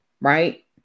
right